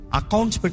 accounts